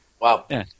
Wow